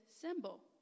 symbol